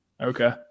okay